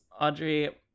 Audrey